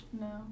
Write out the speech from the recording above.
No